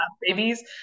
babies